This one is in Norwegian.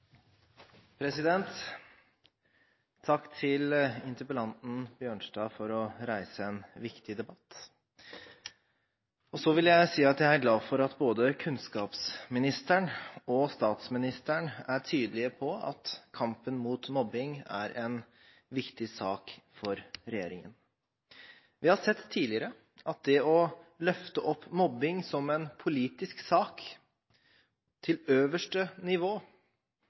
Takk til interpellanten Bjørnstad for å reise en viktig debatt. Så vil jeg si at jeg er glad for at både kunnskapsministeren og statsministeren er tydelige på at kampen mot mobbing er en viktig sak for regjeringen. Vi har sett tidligere at det å løfte mobbing som en politisk sak til øverste nivå